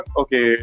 okay